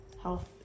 health